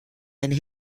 and